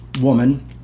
woman